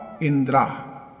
Indra